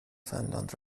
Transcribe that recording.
فنلاند